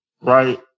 right